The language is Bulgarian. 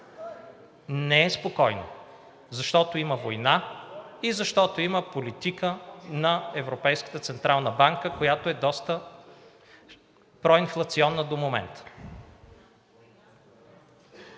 Не е спокойно, защото има война и защото има политика на Европейската централна банка, която е доста проинфлационна до момента.